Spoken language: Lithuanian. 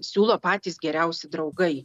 siūlo patys geriausi draugai